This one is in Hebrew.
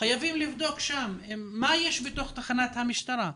חייבים לבדוק שם מה יש בתוך תחנת המשטרה.